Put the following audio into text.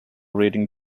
rating